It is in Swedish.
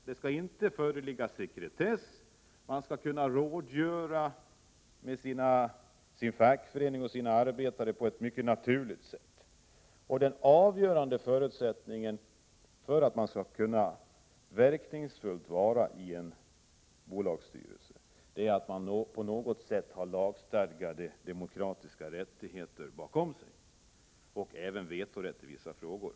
Det skall inte föreligga sekretess, utan man skall kunna rådgöra med sin fackförening och arbetarna på ett mycket naturligt sätt. Den avgörande förutsättningen för att man verkningsfullt skall kunna ingå i en bolagsstyrelse är att man på något sätt har lagstadgade demokratiska rättigheter bakom sig och även vetorätt i vissa frågor.